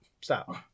Stop